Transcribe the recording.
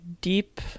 deep